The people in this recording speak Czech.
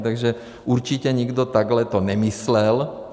Takže určitě nikdo takhle to nemyslel.